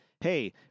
hey